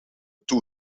two